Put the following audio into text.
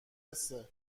حسه